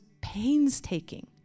painstaking